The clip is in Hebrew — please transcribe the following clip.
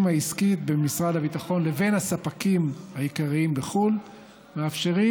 העסקית בין משרד הביטחון לבין הספקים העיקריים בחו"ל מאפשרות